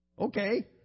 Okay